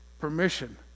permission